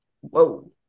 whoa